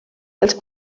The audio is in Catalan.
els